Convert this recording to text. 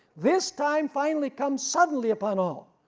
this time finally comes suddenly upon all,